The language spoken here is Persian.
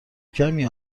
کمی